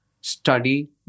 study